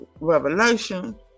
revelation